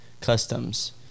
Customs